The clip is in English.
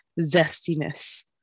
zestiness